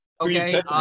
Okay